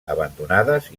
abandonades